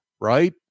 right